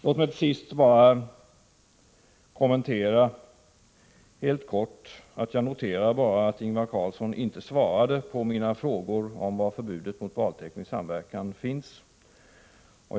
Låt mig till sist bara göra den kommentaren att jag noterade att Ingvar Carlsson inte svarade på mina frågor om var förbudet mot valteknisk samverkan finns.